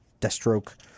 Deathstroke